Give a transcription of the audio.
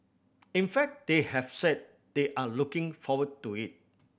in fact they have said they are looking forward to it